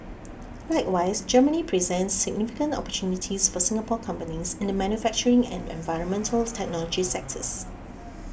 likewise Germany presents significant opportunities for Singapore companies in the manufacturing and environmental technology sectors